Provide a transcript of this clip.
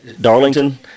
Darlington